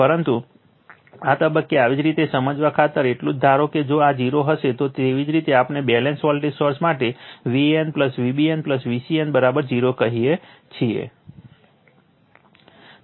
પરંતુ આ તબક્કે આવી જ રીતે સમજવા ખાતર એટલું જ ધારો કે જો આ 0 હશે તો તેવી જ રીતે આપણે બેલેન્સ વોલ્ટેજ સોર્સ માટે Van Vbn Vcn 0 કહીએ છીએ